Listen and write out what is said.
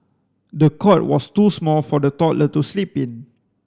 the cot was too small for the toddler to sleep in